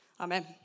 amen